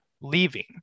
leaving